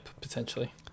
potentially